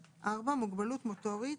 (4) מוגבלות מוטורית,